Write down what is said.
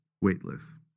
weightless